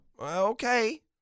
Okay